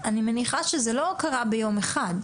אני מניחה שזה לא קרה ביום אחד.